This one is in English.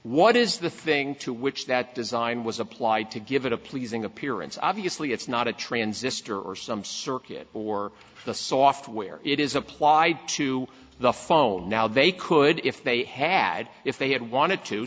what is the thing to which that design was applied to give it a pleasing appearance obviously it's not a transistor or some circuit or the software it is applied to the phone now they could if they had if they had wanted to